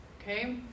okay